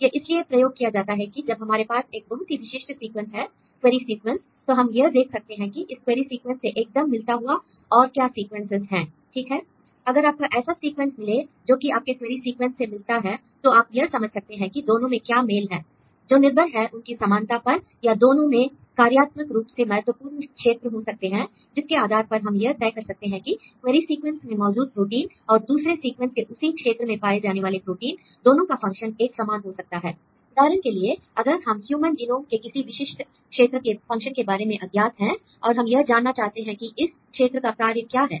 यह इसलिए प्रयोग किया जाता है कि जब हमारे पास एक बहुत ही विशिष्ट सीक्वेंस है क्वेरी सीक्वेंस तो हम यह देख सकते हैं कि इस क्वेरी सीक्वेंस से एकदम मिलता हुआ और क्या सीक्वेंस हैं ठीक है l अगर आपको ऐसा सीक्वेंस मिले जो कि आपके क्वेरी सीक्वेंस से मिलता है तो आप यह समझ सकते हैं कि दोनों में क्या मेल है जो निर्भर है उनकी समानता पर या दोनों में कार्यात्मक रूप से महत्वपूर्ण क्षेत्र हो सकते हैं जिसके आधार पर हम यह तय कर सकते हैं कि क्वेरी सीक्वेंस में मौजूद प्रोटीन और दूसरे सीक्वेंस के उसी क्षेत्र में पाए जाने वाला प्रोटीन दोनों का फंक्शन एक समान हो सकता है l उदाहरण के लिए अगर हम ह्यूमन जीनोम के किसी विशिष्ट क्षेत्र के फंक्शन के बारे में अज्ञात हैं और हम यह जानना चाहते हैं कि इस क्षेत्र का कार्य क्या है